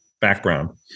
background